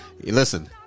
Listen